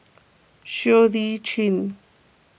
Siow Lee Chin